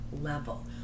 level